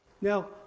Now